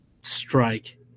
strike